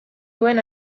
duen